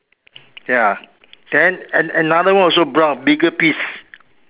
ya then and another one also brown bigger piece